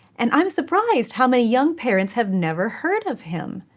and i'm surprised how many young parents have never heard of him!